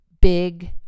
big